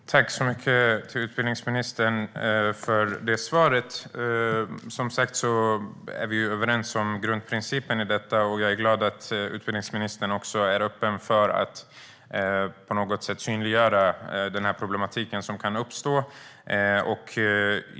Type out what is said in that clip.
Herr talman! Tack så mycket, utbildningsministern, för det svaret! Vi är som sagt överens om grundprincipen i detta. Jag är glad över att utbildningsministern är öppen för att på något sätt synliggöra den problematik som kan uppstå.